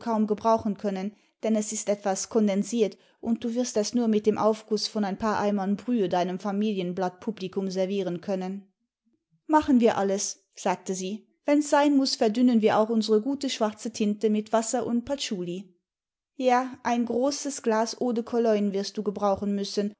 gebrauchen können denn es ist etwas kondensiert und du wirst es nur mit einem aufgiiß von ein paar eimern brühe demem familicnblattpublikum servieren können machen wir alles sagte sie wenn's sein muß verdünnen wir auch unsere gute schwarze tinte mit wasser und patschull ja ein großes glas eau de cologne wirst du gebrauchen müssen